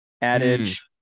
adage